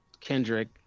Kendrick